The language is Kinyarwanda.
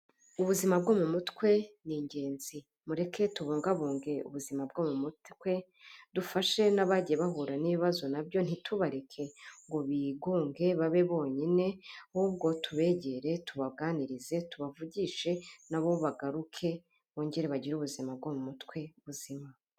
Ubuzima bwo mu mutwe ni ingenzi, mureke tubungabunge ubuzima bwo mu mutwe, dufashe n'abagiye bahura n'ibibazo na byo, ntitubareke ngo bigunge babe bonyine, ahubwo tubegere tubaganirize tubavugishe, na bo bagaruke bongere bagire ubuzima bwo mu mutwe buzima.